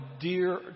dear